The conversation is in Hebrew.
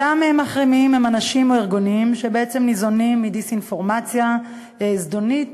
אותם מחרימים הם אנשים או ארגונים שבעצם ניזונים מדיסאינפורמציה זדונית,